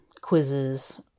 quizzes